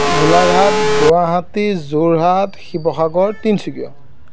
Golaghat Guwahati Jorhat Sivasagar Tinsukia